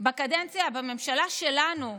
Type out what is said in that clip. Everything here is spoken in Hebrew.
בקדנציה בממשלה שלנו,